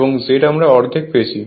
এবং Z আমরা অর্ধেক পেয়েছি